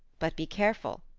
but be careful.